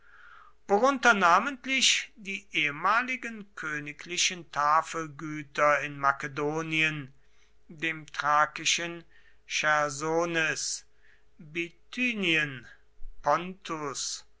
worunter namentlich die ehemaligen königlichen tafelgüter in makedonien dem thrakischen chersones bithynien